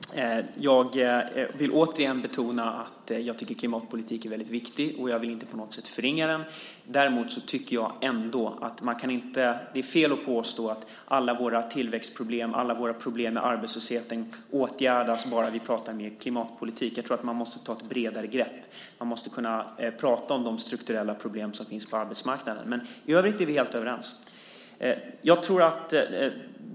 Herr talman! Jag vill återigen betona att jag tycker att klimatpolitiken är viktig, och jag vill inte på något sätt förringa den. Men det är fel att påstå att alla våra tillväxtproblem, alla våra problem med arbetslösheten, åtgärdas bara vi pratar mer klimatpolitik. Man måste ta ett bredare grepp. Man måste kunna prata om de strukturella problem som finns på arbetsmarknaden. I övrigt är vi helt överens.